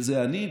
וזה אני,